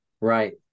Right